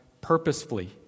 purposefully